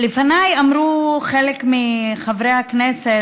לפניי אמרו חלק מחברי הכנסת,